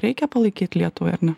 reikia palaikyt lietuvai ar ne